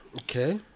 Okay